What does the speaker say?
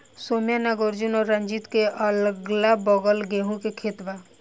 सौम्या नागार्जुन और रंजीत के अगलाबगल गेंहू के खेत बा